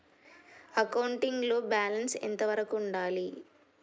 Accounting లో balance ఎంత వరకు ఉండాలి?